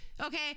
Okay